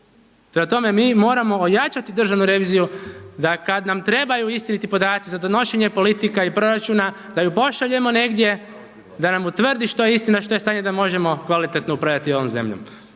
Prema tome mi moramo ojačati državnu reviziju, da kad nam trebaju istiniti podaci za donošenje politika i proračuna da ju pošaljemo negdje da nam utvrdi što je istina što je stanje da možemo kvalitetno upravljati ovom zemljom